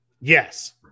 yes